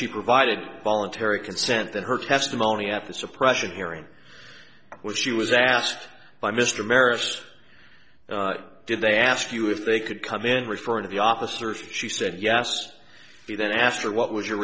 she provided voluntary consent than her testimony at the suppression hearing when she was asked by mr maritz did they ask you if they could come in referring to the officers and she said yes he then asked her what was your